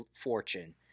fortune